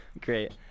Great